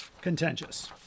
contentious